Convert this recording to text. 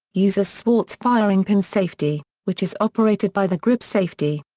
use a swartz firing-pin safety, which is operated by the grip safety.